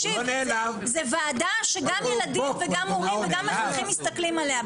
זו ועדה שגם ילדים וגם הורים וגם מחנכים מסתכלים עליה.